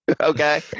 Okay